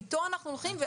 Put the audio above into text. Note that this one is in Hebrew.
ואתו אנחנו הולכים,